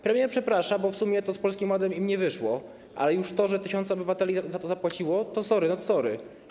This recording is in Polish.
Premier przeprasza, bo w sumie to z Polskim Ładem im nie wyszło, ale już to, że tysiące obywateli za to zapłaciło, to sorry not sorry.